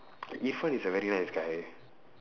yi fen is a very nice guy